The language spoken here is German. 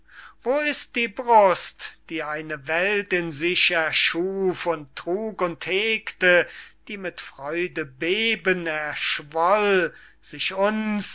wo ist die brust die eine welt in sich erschuf und trug und hegte die mit freudebeben erschwoll sich uns